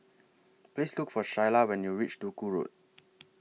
Please Look For Shyla when YOU REACH Duku Road